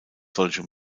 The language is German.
solche